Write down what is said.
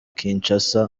kinshasa